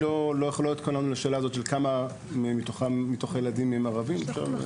אנחנו לא התכוננו לשאלה הזאת של כמה מתוך הילדים הם ערבים.